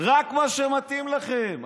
רק מה שמתאים לכם.